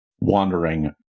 Wandering